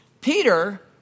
Peter